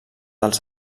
dels